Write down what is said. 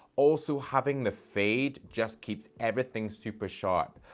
also, having the fade just keeps everything super sharp.